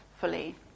fully